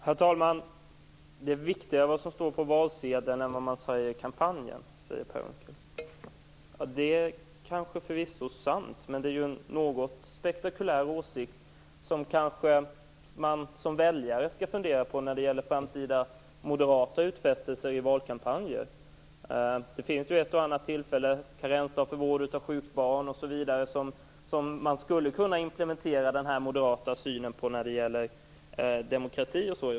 Herr talman! Det är viktigare vad som står på valsedeln än vad man säger i kampanjen, säger Per Unckel. Det är förvisso sant, men det är en något spektakulär åsikt som man som väljare kanske skall fundera över när det gäller framtida moderata utfästelser i valkampanjer. Det finns ju ett och annat tillfälle, t.ex. karensdag för vård av sjukt barn, där man skulle kunna implementera den här moderata synen på demokrati.